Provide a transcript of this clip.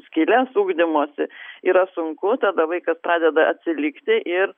skyles ugdymosi yra sunku tada vaikas pradeda atsilikti ir